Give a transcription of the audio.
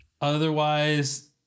Otherwise